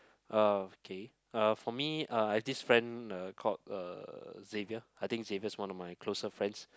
okay uh for me uh I had this friend called uh Xavier I think Xavier is one of my closer friends